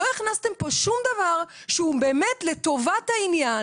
לא הכנסתם פה שום דבר שהוא באמת לטובת העניין.